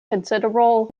considerable